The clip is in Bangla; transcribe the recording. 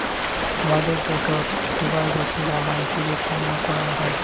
হামাদের দ্যাশোত সোগায় বেচেরা মানসিদের তন্ন করাং হই